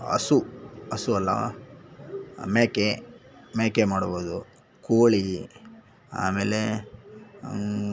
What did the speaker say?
ಹಸು ಹಸು ಅಲ್ಲ ಮೇಕೆ ಮೇಕೆ ಮಾಡ್ಬೋದು ಕೋಳಿ ಆಮೇಲೆ